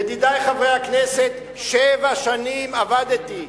ידידי חברי הכנסת, שבע שנים עבדתי,